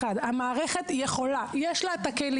המערכת יכולה, יש לה את הכלים